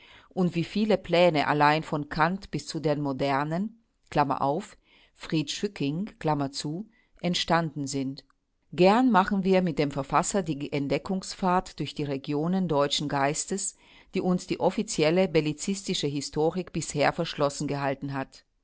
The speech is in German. und wie viele pläne allein von kant bis zu den modernen fried schücking entstanden sind gern machen wir mit dem verfasser die entdeckungsfahrt durch regionen deutschen geistes die uns die offizielle bellizistische historik bisher verschlossen gehalten hat